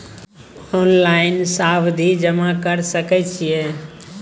Online सावधि जमा कर सके छिये?